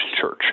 church